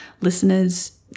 listeners